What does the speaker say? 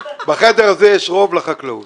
בחדר הזה יש רוב לחקלאות.